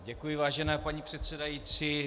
Děkuji, vážená paní předsedající.